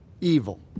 evil